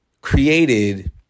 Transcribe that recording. created